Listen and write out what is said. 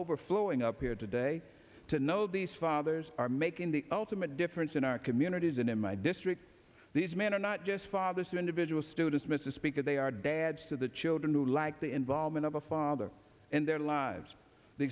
overflowing up here today to know these fathers are making the ultimate difference in our communities and in my district these men are not just fathers to individual students mr speaker they are dads to the children who like the involvement of a father in their lives the